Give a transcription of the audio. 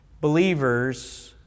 Believers